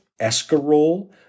escarole